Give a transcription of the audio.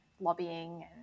lobbying